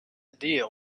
deal